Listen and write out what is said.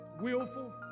willful